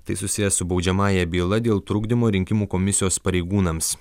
tai susiję su baudžiamąja byla dėl trukdymo rinkimų komisijos pareigūnams